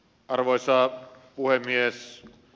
arvoisa puhemies